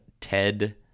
Ted